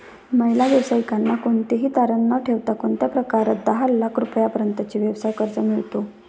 महिला व्यावसायिकांना कोणतेही तारण न ठेवता कोणत्या प्रकारात दहा लाख रुपयांपर्यंतचे व्यवसाय कर्ज मिळतो?